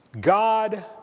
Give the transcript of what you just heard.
God